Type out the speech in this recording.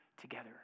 together